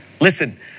Listen